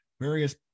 various